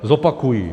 Zopakuji.